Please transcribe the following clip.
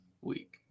week